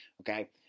Okay